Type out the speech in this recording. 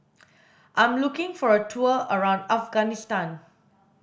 I'm looking for a tour around Afghanistan